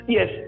Yes